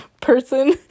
person